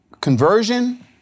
conversion